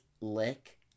lick